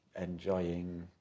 enjoying